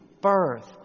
birth